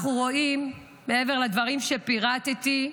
מעבר לדברים שפירטתי,